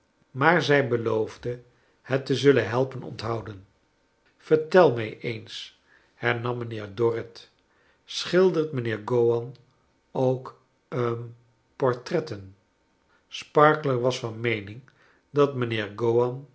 maar zij beloofde het te zullen helpen onthouden vertel mij eens hernam mijnheer dorrit schildert mijnheer gowan ook hm poftretten sparkler was van meening dat mijnheer